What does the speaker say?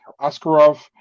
Askarov